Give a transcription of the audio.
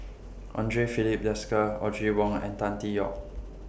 Andre Filipe Desker Audrey Wong and Tan Tee Yoke